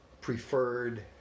preferred